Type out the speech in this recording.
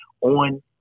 on